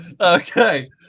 Okay